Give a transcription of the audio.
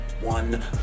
one